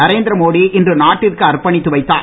நரேந்திர மோடி இன்று நாட்டிற்கு அர்ப்பணித்து வைத்தார்